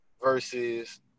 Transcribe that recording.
versus